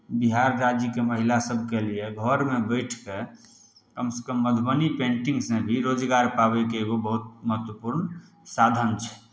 बिहार राज्यके महिलासभके लिए घरमे बैठि कऽ कमसँ कम मधुबनी पेन्टिंगसँ भी रोजगार पाबयके एगो बहुत महत्वपूर्ण साधन छै